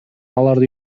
аларды